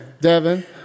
Devin